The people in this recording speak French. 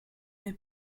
mes